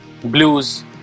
Blues